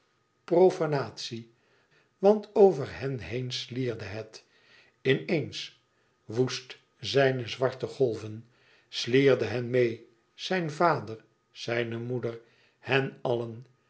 profanatie want over hen heen slierde het in eens woest zijne zwarte golven slierde hen meê zijn vader zijne moeder hen allen